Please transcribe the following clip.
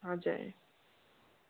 हजुर